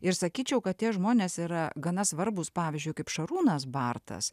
ir sakyčiau kad tie žmonės yra gana svarbūs pavyzdžiui kaip šarūnas bartas